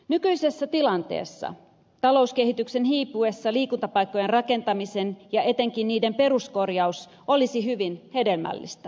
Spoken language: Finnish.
nykyisessä tilanteessa talouskehityksen hiipuessa liikuntapaikkojen rakentaminen ja etenkin niiden peruskorjaus olisi hyvin hedelmällistä